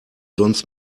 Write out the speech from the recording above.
sonst